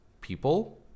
people